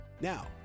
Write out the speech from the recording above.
Now